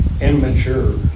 immature